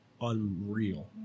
unreal